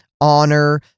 honor